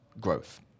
growth